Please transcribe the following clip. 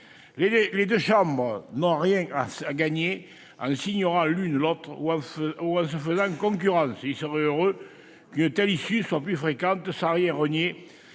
Les deux chambres n'ont rien à gagner à s'ignorer l'une l'autre ou à se faire concurrence. Il serait heureux qu'une telle issue soit plus fréquente, sans rien renier